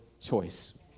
choice